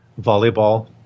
volleyball